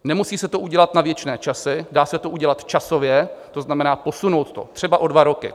Nemusí se to udělat na věčné časy, dá se to udělat časově, to znamená posunout to třeba o dva roky.